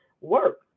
work